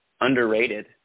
underrated